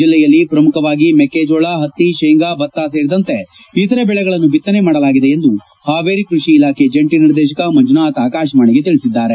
ಜಲ್ಲೆಯಲ್ಲಿ ಪ್ರಮುಖವಾಗಿ ಮೆಕ್ಕೆಜೋಳ ಪತ್ನಿ ಶೇಂಗಾ ಭತ್ತ ಸೇರಿದಂತೆ ಇತರೆ ಬೆಳೆಗಳನ್ನು ಬಿತ್ತನೆ ಮಾಡಲಾಗಿದೆ ಎಂದು ಹಾವೇರಿ ಕೃಷಿ ಇಲಾಖೆ ಜಂಟಿ ನಿರ್ದೇಶಕ ಮಂಜುನಾಥ ಆಕಾಶವಾಣಿಗೆ ತಿಳಿಸಿದ್ದಾರೆ